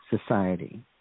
society